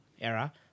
era